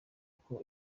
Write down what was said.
uko